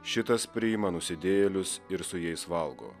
šitas priima nusidėjėlius ir su jais valgo